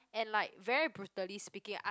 and like very brutally speaking I